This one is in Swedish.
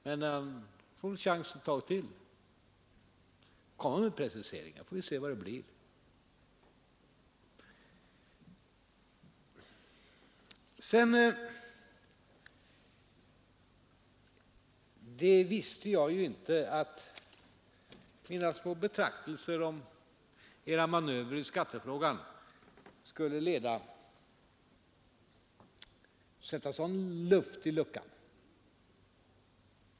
Men han får väl ytterligare en chans. Kom med preciseringar, får vi se hur det blir. Jag anade inte att mina små betraktelser om era manövrer i skattefrågan skulle kunna föranleda så mycket luft i luckan.